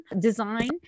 design